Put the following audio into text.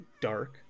dark